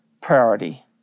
priority